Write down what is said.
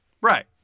Right